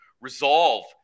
resolve